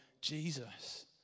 Jesus